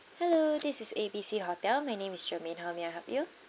hello this is A B C hotel my name is shermaine how may I help you